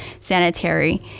sanitary